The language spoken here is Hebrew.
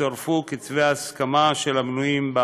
ויצורפו כתבי הסכמה של המנויים בה